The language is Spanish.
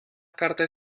carta